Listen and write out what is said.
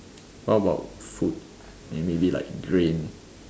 what about food may~ maybe like grain